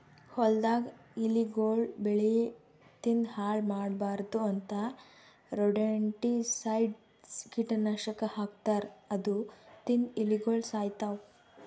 ಹೊಲ್ದಾಗ್ ಇಲಿಗೊಳ್ ಬೆಳಿ ತಿಂದ್ ಹಾಳ್ ಮಾಡ್ಬಾರ್ದ್ ಅಂತಾ ರೊಡೆಂಟಿಸೈಡ್ಸ್ ಕೀಟನಾಶಕ್ ಹಾಕ್ತಾರ್ ಅದು ತಿಂದ್ ಇಲಿಗೊಳ್ ಸಾಯ್ತವ್